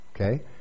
okay